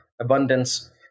abundance